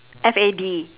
F A D